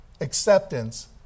acceptance